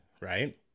right